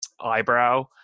eyebrow